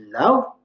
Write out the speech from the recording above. love